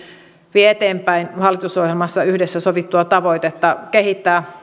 vie eteenpäin hallitusohjelmassa yhdessä sovittua tavoitetta kehittää